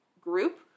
group